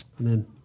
Amen